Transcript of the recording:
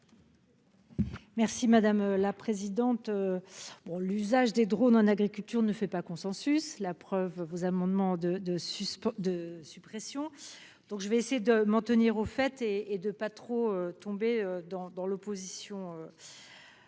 l'avis de la commission ? L'usage des drones en agriculture ne fait pas consensus, comme le prouvent ces amendements de suppression. Je vais essayer de m'en tenir aux faits et de ne pas trop verser dans l'opposition